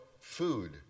food